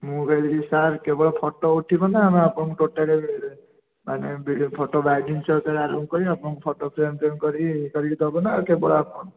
ମୁଁ କହିଲି ଯେ ସାର୍ କେବଳ ଫଟୋ ଉଠିବ ନା ଆମେ ଆପଣଙ୍କ ଟୋଟାଲିମାନେ ଭିଡ଼ିଓ ଫଟୋ ବାଇଣ୍ଡିଙ୍ଗ୍ ସହିତ ଆରମ୍ଭ କରି ଆପଣଙ୍କ ଫଟୋ ଫ୍ରେମ୍ ଫ୍ରେମ୍ କରି ଇଏ କରିକି ଦେବୁ ନା କେବଳ ଆପଣ